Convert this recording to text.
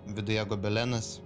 viduje gobelenas